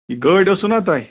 گٲڑۍ ٲسٕو نہ توہہِ